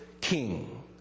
king